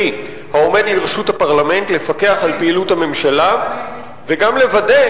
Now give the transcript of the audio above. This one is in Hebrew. העומד לרשות הפרלמנט לפקח על פעילות הממשלה וגם לוודא